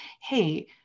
Hey